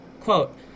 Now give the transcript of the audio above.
Quote